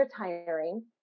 retiring